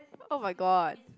!oh-my-god!